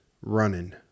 running